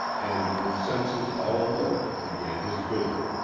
and with senses all alert began his vigil.